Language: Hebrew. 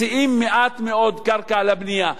מציעים מעט מאוד קרקע לבנייה.